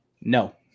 No